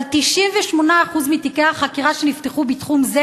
אבל 98% מתיקי החקירה שנפתחו בתחום זה